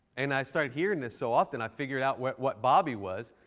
and i started hearing this so often, i figured out what what bobby was.